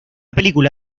película